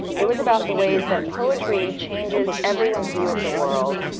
it was about the ways that poetry changes everyone's view of the world,